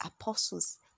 apostles